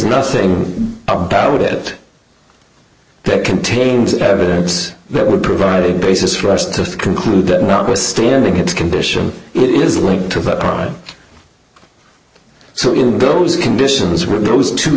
nothing about it that contains evidence that would provide a basis for us to conclude that notwithstanding his condition it is linked to the crime so in those conditions for those two